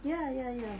ya ya ya